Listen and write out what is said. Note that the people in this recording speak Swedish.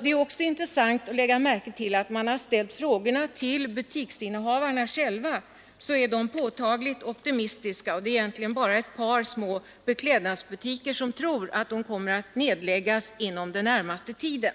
Det är också intressant att lägga märke till att när man ställt frågor till butiksinnehavarna själva så har de varit påtagligt optimistiska. Det är egentligen bara innehavarna av ett par små beklädnadsbutiker som tror att deras rörelser kommer att få läggas ned under den närmaste tiden.